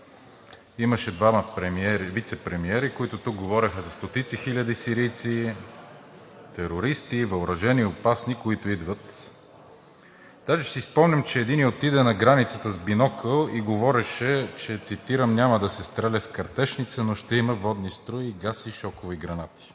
Имаше двама вицепремиери, които тук говореха за стотици хиляди сирийци – терористи, въоръжени, опасни, които идват. Даже си спомням, че единият отиде на границата с бинокъл и говореше – цитирам: „Няма да се стреля с картечница, но ще има водни струи, газ и шокови гранати.“